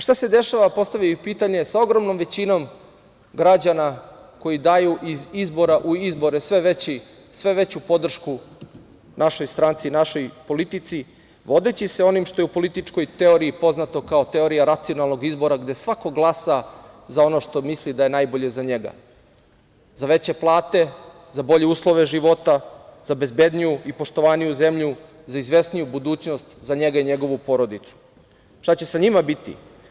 Šta se dešava, postavio bih pitanje, sa ogromnom većinom građana koji daju iz izbora u izbore sve veću podršku našoj stranci, našoj politici vodeći se onim što je u političkoj teoriji poznato kao teorija racionalnog izbora gde svako glasa za ono što misli da je najbolje za njega, za veće plate, za bolje uslove života, za bezbedniju i poštovaniju zemlju, za izvesniju budućnost, za njega i njegovu porodicu, šta će sa njima biti?